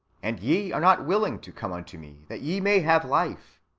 and ye are not willing to come unto me, that ye may have life.